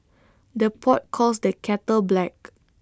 the pot calls the kettle black